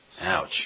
Ouch